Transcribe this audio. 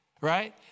Right